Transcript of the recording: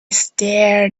stared